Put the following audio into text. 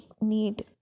need